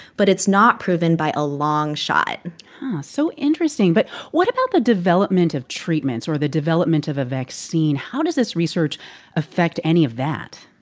but it's not proven by a long shot so interesting. but what about the development of treatments or the development of a vaccine? how does this research affect any of that?